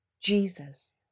Jesus